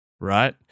right